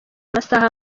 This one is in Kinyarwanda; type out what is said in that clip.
amasaha